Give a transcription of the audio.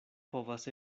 povas